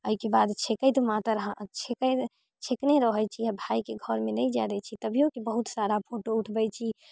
अइके बाद छेकैत मातर छेक छेकने रहै छी भाय घरमे नहि जाय दै छी तभियोके बहुत सारा फोटो उठबै छी